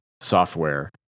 software